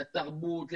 לתרבות.